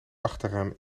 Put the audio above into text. achteraan